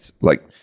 Like-